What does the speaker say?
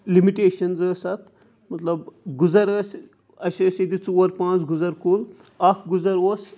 limitations ٲس اَتھ مطلب گُزر ٲسۍ اَسہِ ٲسۍ ییٚتہِ ژور پانٛژھ گُزر کُل اَکھ گُزر اوس